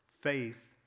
Faith